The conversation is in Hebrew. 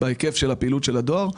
בהיקף הפעילות של הדואר,